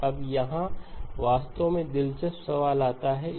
अब यहाँ वास्तव में दिलचस्प सवाल आता है